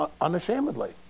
unashamedly